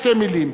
שתי מלים,